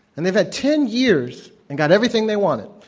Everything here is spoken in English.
and they've had ten years and got everything they wanted